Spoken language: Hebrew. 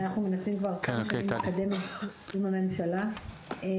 אנחנו מנסים כבר הרבה זמן לקדם את זה עם הממשלה ופיתחנו